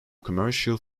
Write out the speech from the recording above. commercial